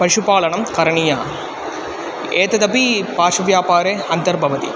पशुपालनं करणीयं एतदपि पार्श्वव्यापारे अन्तर्भवति